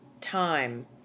time